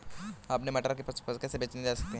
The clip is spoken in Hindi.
हम अपने मटर को बेचने कैसे जा सकते हैं?